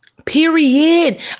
period